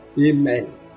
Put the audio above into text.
Amen